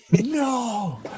no